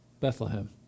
Bethlehem